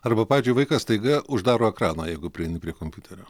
arba pavyzdžiui vaikas staiga uždaro ekraną jeigu prieini prie kompiuterio